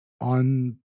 on